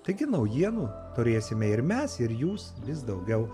taigi naujienų turėsime ir mes ir jūs vis daugiau